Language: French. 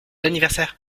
anniversaire